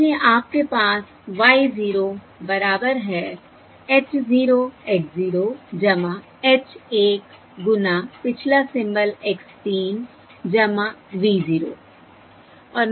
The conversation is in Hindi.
इसलिए आपके पास y 0 बराबर है h 0 x 0 h1 गुना पिछला सिंबल x 3 v 0